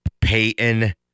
Peyton